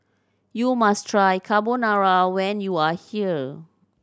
you must try Carbonara when you are here